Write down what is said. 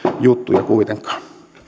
juttuja kuitenkaan